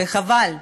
וחבל.